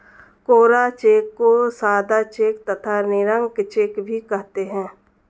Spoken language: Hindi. कोरा चेक को सादा चेक तथा निरंक चेक भी कहते हैं